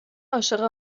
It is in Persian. عاشق